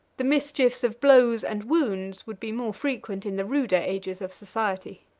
the mischiefs of blows and wounds would be more frequent in the ruder ages of society.